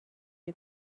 you